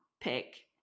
pick